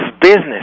business